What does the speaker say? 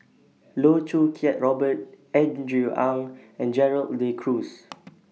Loh Choo Kiat Robert Andrew Ang and Gerald De Cruz